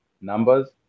numbers